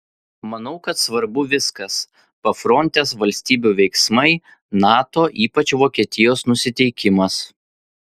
manau kad svarbu viskas pafrontės valstybių veiksmai nato ypač vokietijos nusiteikimas